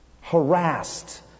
harassed